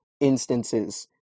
instances